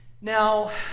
Now